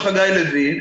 של חגי לוין,